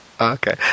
Okay